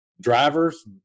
drivers